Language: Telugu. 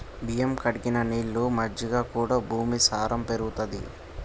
బియ్యం కడిగిన నీళ్లు, మజ్జిగ కూడా భూమి సారం పెరుగుతది